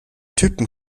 typen